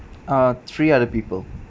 uh three other people